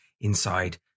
inside